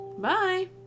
bye